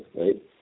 right